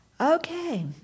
Okay